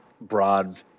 broad